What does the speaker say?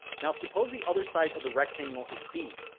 now, suppose the other side of the rectangle is b.